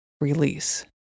release